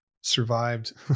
survived